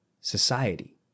society